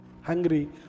hungry